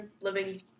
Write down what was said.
living